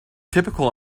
typical